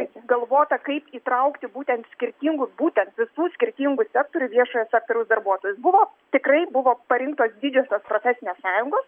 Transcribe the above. galvota kaip įtraukti būtent skirtingų būtent visų skirtingų sektorių viešojo sektoriaus darbuotojus buvo tikrai buvo parinktos didžiosios profesinės sąjungos